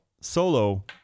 solo